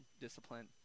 discipline